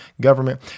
government